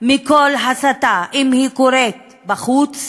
מכל הסתה, אם היא קורית בחוץ,